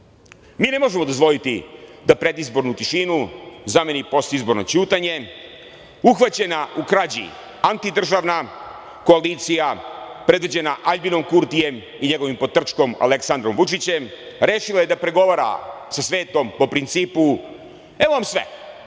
ne možemo dozvoliti da predizbornu tišinu zameni postizborno ćutanje. Uhvaćena u krađi antidržavna koalicija predvođena Aljbinom Kurtijem i njegovim potrčkom Aleksandrom Vučićem rešila je da pregovara sa svetom po principu, - evo vam sve,